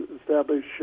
establish